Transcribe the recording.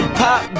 pop